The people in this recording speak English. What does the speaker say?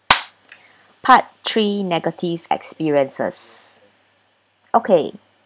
part three negative experiences okay